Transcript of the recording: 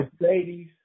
Mercedes